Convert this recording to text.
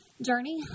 Journey